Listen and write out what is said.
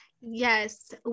Yes